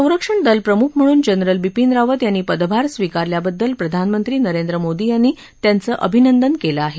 संरक्षण दलप्रमुख म्हणून जनरल बिपीन रावत यांनी पदभार स्वीकारल्याबद्दल प्रधानमंत्री नरेंद्र मोदी यांनी त्यांचं अभिनंदन केलं आहे